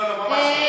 לא, ממש לא.